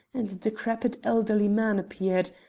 and a decrepit elderly man appeared,